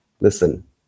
listen